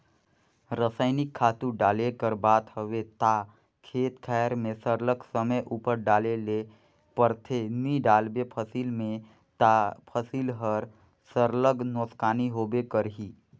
रसइनिक खातू डाले कर बात हवे ता खेत खाएर में सरलग समे उपर डाले ले परथे नी डालबे फसिल में ता फसिल हर सरलग नोसकान होबे करही